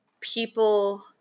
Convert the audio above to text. people